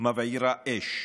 מבעירה אש.